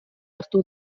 hartu